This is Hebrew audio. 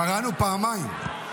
קראנו פעמיים.